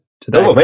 today